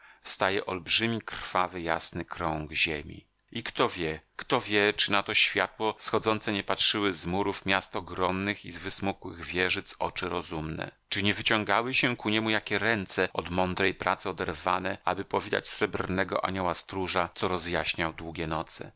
wstaje olbrzymi krwawy jasny krąg ziemi i kto wie kto wie czy na to światło wschodzące nie patrzyły z murów miast ogromnych i z wysmukłych wieżyc oczy rozumne czy nie wyciągały się ku niemu jakie ręce od mądrej pracy oderwane aby powitać srebrnego anioła stróża co rozjaśnia długie noce